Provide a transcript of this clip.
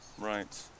right